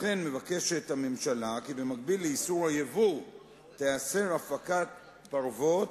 לכן מבקשת הממשלה כי במקביל לאיסור הייבוא ייאסרו הפקת פרוות,